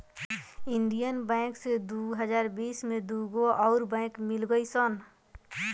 union Bank से दू हज़ार बिस में दूगो अउर बैंक मिल गईल सन